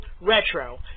Retro